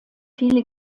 viele